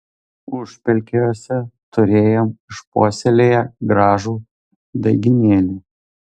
užpelkiuose turėjom išpuoselėję gražų daigynėlį